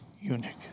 eunuch